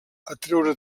atreure